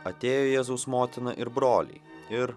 atėjo jėzaus motina ir broliai ir